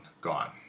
gone